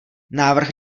návrh